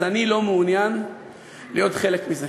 אני לא מעוניין להיות חלק מזה.